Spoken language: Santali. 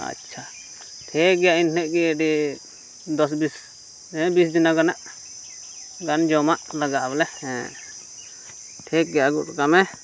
ᱟᱪᱪᱷᱟ ᱴᱷᱤᱠ ᱜᱮᱭᱟ ᱮᱱ ᱦᱤᱞᱳᱜ ᱜᱮ ᱟᱹᱰᱤ ᱫᱚᱥ ᱵᱤᱥ ᱦᱮᱸ ᱵᱤᱥ ᱡᱚᱱᱟ ᱜᱟᱱᱟᱜ ᱜᱟᱱ ᱡᱚᱢᱟᱜ ᱞᱟᱜᱟᱜᱼᱟ ᱵᱚᱞᱮ ᱦᱮᱸ ᱴᱷᱤᱠ ᱜᱮᱭᱟ ᱟᱹᱜᱩ ᱦᱚᱴᱚ ᱠᱟᱜ ᱢᱮ